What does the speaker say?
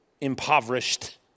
impoverished